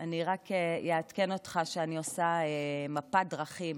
אני רק אעדכן אותך שאני עושה מפת דרכים